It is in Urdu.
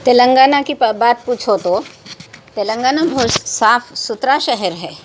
تلنگانہ کی پہ بات پوچھو تو تلنگانہ بہت صاف ستھرا شہر ہے